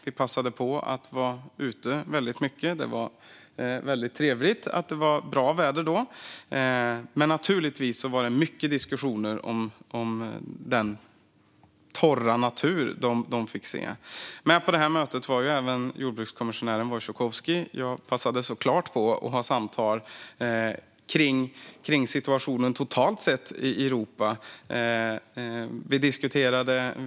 Vi passade på att vara ute väldigt mycket. Det var väldigt trevligt att det var bra väder. Men naturligtvis var det mycket diskussion om den torra natur som de fick se. Med på detta möte var även jordbrukskommissionären Wojciechowski. Jag passade så klart på att ha samtal om situationen totalt sett i Europa.